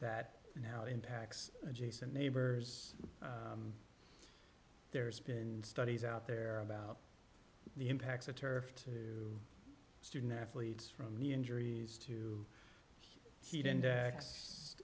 that now it impacts adjacent neighbors there's been studies out there about the impacts of turf to student athletes from knee injuries to heat index